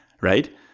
right